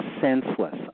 senseless